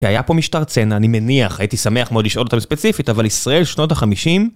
והיה פה משטר צנע, אני מניח, הייתי שמח מאוד לשאול אותה בספציפית, אבל ישראל, שנות החמישים...